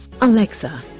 Alexa